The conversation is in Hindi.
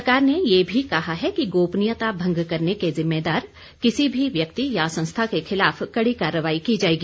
सरकार ने यह भी कहा है कि गोपनीयता भंग करने के जिम्मेदार किसी भी व्यक्ति या संस्था के खिलाफ कड़ी कार्रवाई की जाएगी